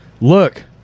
Look